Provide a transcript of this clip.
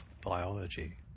biology